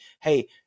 Hey